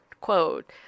quote